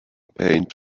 paint